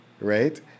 right